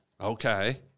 Okay